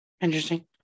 interesting